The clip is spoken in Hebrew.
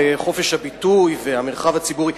על חופש הביטוי והמרחב הציבורי.